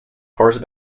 horse